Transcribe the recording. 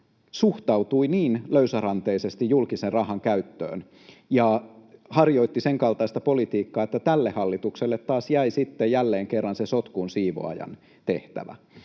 suhtautui niin löysäranteisesti julkisen rahan käyttöön ja harjoitti senkaltaista politiikkaa, että tälle hallitukselle jäi jälleen kerran se sotkun siivoojan tehtävä.